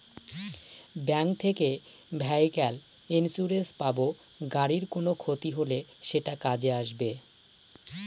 bank থেকে vehicle insurance পাব গাড়ির কোনো ক্ষতি হলে সেটা কাজে আসবে